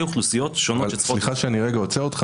אוכלוסיות שונות --- סליחה שאני רגע עוצר אותך.